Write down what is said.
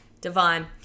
divine